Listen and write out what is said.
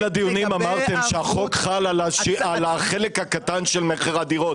הדיונים אמרתם שהחוק חל על החלק הקטן של מחיר הדירות